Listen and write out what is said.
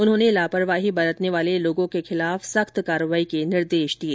उन्होंने लापरवाही बरतने वाले लोगों के खिलाफ सख्त कार्यवाही करने के निर्देश दिये